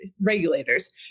regulators